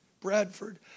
Bradford